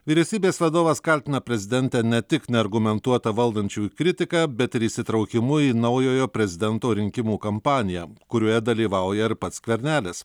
vyriausybės vadovas kaltina prezidentę ne tik neargumentuota valdančiųjų kritika bet ir įsitraukimu į naujojo prezidento rinkimų kampaniją kurioje dalyvauja ir pats skvernelis